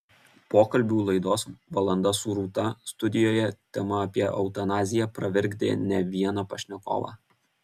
pokalbių laidos valanda su rūta studijoje tema apie eutanaziją pravirkdė ne vieną pašnekovą